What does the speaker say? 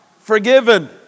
forgiven